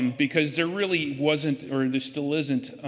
because there really wasn't or there still isn't,